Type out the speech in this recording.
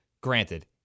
granted